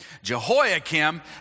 Jehoiakim